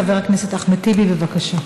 חבר הכנסת אחמד טיבי, בבקשה.